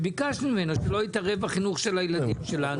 ביקשנו ממנו שלא יתערב בחינוך של הילדים שלנו.